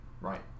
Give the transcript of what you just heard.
Right